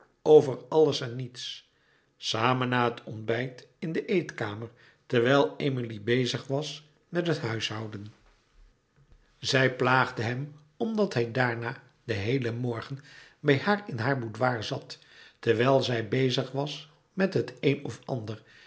over alles en niets samen na het ontbijt in de eetkamer terwijl emilie bezig was met het huishouden zij plaagde hem omdat hij daarna den heelen morgen bij haar in haar boudoir zat terwijl louis couperus metamorfoze zij bezig was met het een of ander